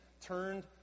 turned